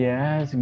Yes